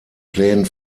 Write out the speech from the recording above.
plänen